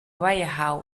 bayahawe